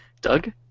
Doug